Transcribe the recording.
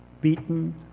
beaten